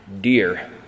deer